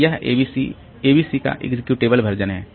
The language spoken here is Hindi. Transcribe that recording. तो यह abc abc का एग्जीक्यूटेबल वर्जन है